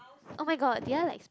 oh-my-god did I like speak